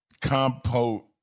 compote